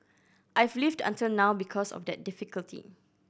I've lived until now because of that difficulty